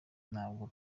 ntabwo